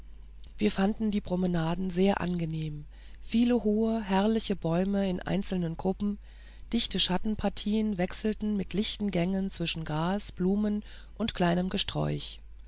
wir fanden die promenaden sehr angenehm viel hohe herrliche bäume in einzelnen gruppen dichte schattenpartien wechselten mit lichten gängen zwischen gras blumen und kleinem gesträuch